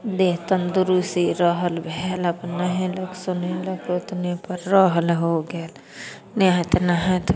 देह तंदुरस्ती रहल नहेलक सुनेलक ओतने पर रहल हो गेल नहाइत नहाइत